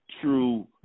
true